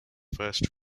first